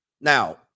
Now